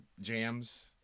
jams